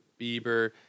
Bieber